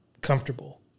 comfortable